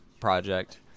Project